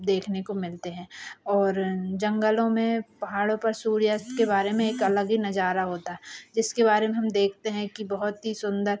देखने को मिलते हैं और जंगलों में पहाड़ों पर सूर्यास्त के बारे में एक अलग ही नज़ारा होता है जिसके बारे में हम देखते हैं कि बहुत ही सुन्दर